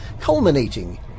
culminating